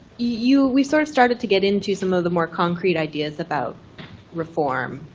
you we've sort of started to get into some of the more concrete ideas about reform,